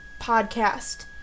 podcast